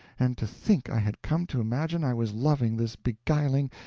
and to think i had come to imagine i was loving this beguiling,